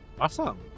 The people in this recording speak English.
Awesome